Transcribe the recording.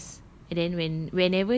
yes and then when